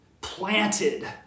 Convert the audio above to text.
planted